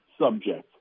subject